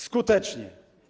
Skutecznie.